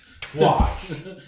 Twice